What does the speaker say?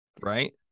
right